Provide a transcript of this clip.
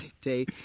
day